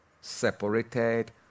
separated